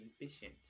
impatient